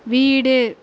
வீடு